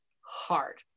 hard